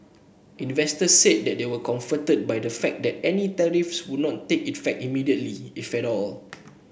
investors said they were comforted by the fact that any tariffs would not take effect immediately if at all